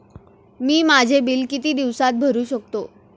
मी माझे बिल किती दिवसांत भरू शकतो?